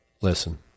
Listen